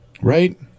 Right